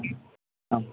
ಹ್ಞೂ ಹಾಂ